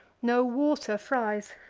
no water fries,